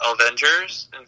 Avengers